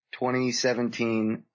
2017